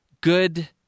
good